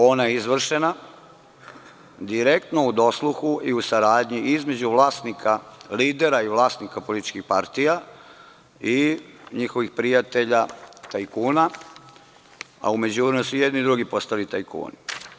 Ona je izvršena direktno u dosluhu i u saradnji između lidera i vlasnika političkih partija i njihovih prijatelja tajkuna, a u međuvremenu su i jedni i drugi postali tajkuni.